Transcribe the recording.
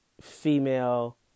female